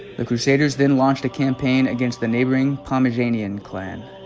the crusaders then launched a campaign against the neighbouring pomeranian clan